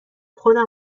خودم